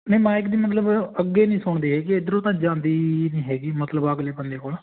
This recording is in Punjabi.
ਨਹੀਂ ਮਾਈਕ ਦੀ ਮਤਲਬ ਅੱਗੇ ਨਹੀਂ ਸੁਣਦੀ ਹੈਗੀ ਇਧਰੋਂ ਤਾਂ ਜਾਂਦੀ ਹੀ ਨਹੀਂ ਹੈਗੀ ਮਤਲਬ ਅਗਲੇ ਬੰਦੇ ਕੋਲ